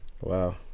Wow